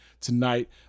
tonight